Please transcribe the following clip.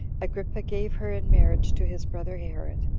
agrippa gave her in marriage to his brother herod,